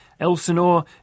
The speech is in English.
Elsinore